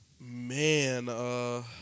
Man